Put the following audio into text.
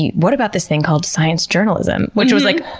what about this thing called science journalism? which was like.